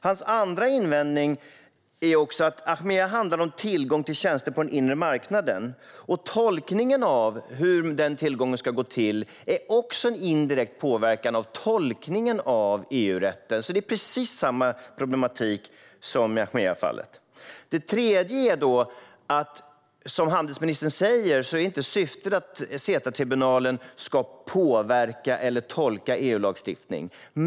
Hans andra invändning är att Achmea handlar om tillgång till tjänster på den inre marknaden, och tolkningen av hur det ska gå till med denna tillgång är också en indirekt påverkan av tolkningen av EU-rätten. Det är precis samma problematik som i fallet Achmea. Det tredje är att syftet, som handelsministern säger, inte är att CETA-tribunalen ska påverka eller tolka EU-lagstiftning.